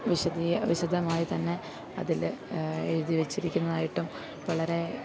വിശദമായി തന്നെ അതിൽ എഴുതി വച്ചിരിക്കുന്നതായിട്ടും വളരെ